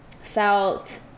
felt